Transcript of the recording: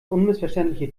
unmissverständliche